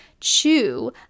chew